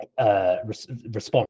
response